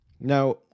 Now